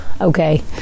Okay